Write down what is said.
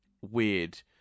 weird